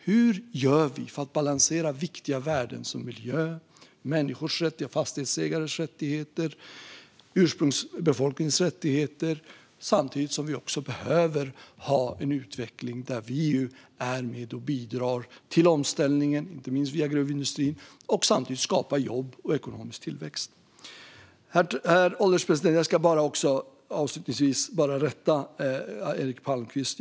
Hur gör vi för att balansera viktiga värden som miljö, människors rättigheter, fastighetsägares rättigheter och ursprungsbefolkningens rättigheter samtidigt som vi behöver ha en utveckling där vi är med och bidrar till omställningen, inte minst via gruvindustrin, och skapar jobb och ekonomisk tillväxt? Herr ålderspresident! Jag ska avslutningsvis bara rätta Eric Palmqvist.